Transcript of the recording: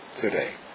today